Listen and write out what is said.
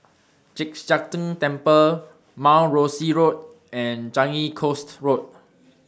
Chek Sian Tng Temple Mount Rosie Road and Changi Coast Road